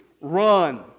Run